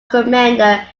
commander